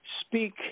speak